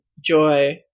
joy